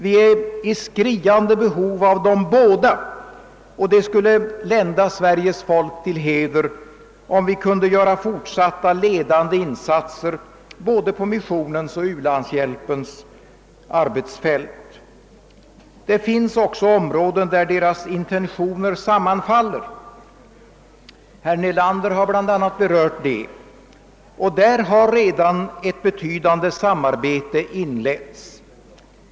Vi är i skriande behov av dem båda, och det skulle lända Sveriges folk till heder om vi kunde göra fortsatta ledande insatser både på missionens och u-landshjälpens arbetsfält. Det finns också områden där deras intentioner sammanfaller. Herr Nelander har bl.a. berört detta, och där har redan ett betydande samarbete inletts.